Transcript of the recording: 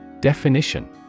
Definition